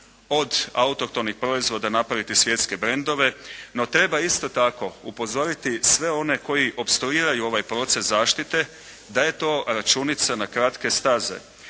od autohtonih proizvoda napraviti svjetske brendove, no treba isto tako upozoriti sve one koji opstoiraju ovaj proces zaštite da je to računica na kratke staze,